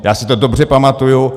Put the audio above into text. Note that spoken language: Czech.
Já si to dobře pamatuju.